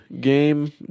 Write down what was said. game